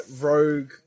Rogue